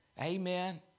Amen